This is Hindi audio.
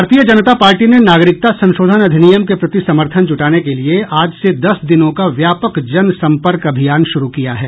भारतीय जनता पार्टी ने नागरिकता संशोधन अधिनियम के प्रति समर्थन जुटाने के लिए आज से दस दिनों का व्यापक जनसम्पर्क अभियान शुरू किया है